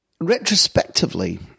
retrospectively